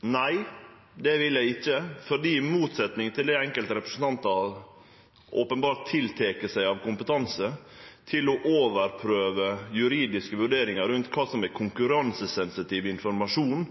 Nei, det vil eg ikkje. Eg har ikkje – i motsetning til det enkelte representantar openbart tiltrur seg av kompetanse til å overprøve juridiske vurderingar rundt kva som er konkurransesensitiv informasjon